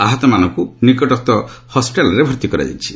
ଆହତମାନଙ୍କୁ ନିକଟସ୍ଥ ହସ୍କିଟାଲ୍ରେ ଭର୍ତ୍ତି କରାଯାଇଛି